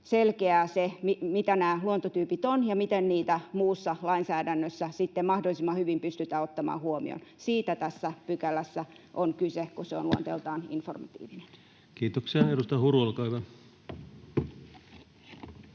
selkeää se, mitä nämä luontotyypit ovat ja miten niitä muussa lainsäädännössä sitten mahdollisimman hyvin pystytään ottamaan huomioon. Siitä tässä pykälässä on kyse, kun se on luonteeltaan informatiivinen. Kiitoksia. — Edustaja Huru, olkaa hyvä.